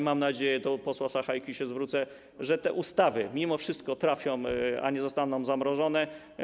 Mam nadzieję - tu do posła Sachajki się zwrócę - że te ustawy mimo wszystko trafią do nas, a nie zostaną zamrożone.